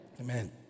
Amen